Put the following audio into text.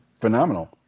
phenomenal